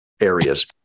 areas